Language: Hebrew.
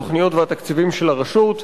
התוכניות והתקציבים של הרשות,